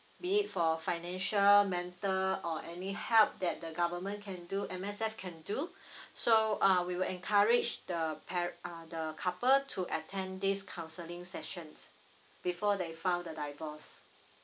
be it for financial mental or any help that the government can do M_S_F can do so uh we will encourage the pare~ uh the couple to attend this counseling sessions before they file the divorce